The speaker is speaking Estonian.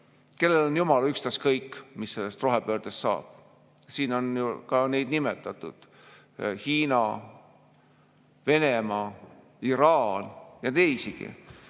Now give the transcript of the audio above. kellel on jumala ükskõik, mis sellest rohepöördest saab. Siin on ju ka neid nimetatud – Hiina, Venemaa, Iraan. Ja on teisigi,